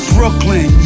Brooklyn